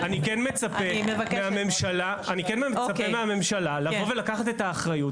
מצפה מהממשלה לבוא ולקחת את האחריות,